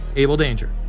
able danger,